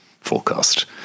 forecast